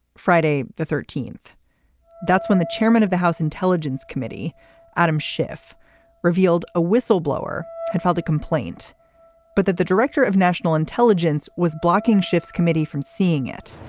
friday the thirteenth that's when the chairman of the house intelligence committee adam schiff revealed a whistleblower had filed a complaint but that the director of national intelligence was blocking schiff's committee from seeing it.